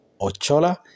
Ochola